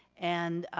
and,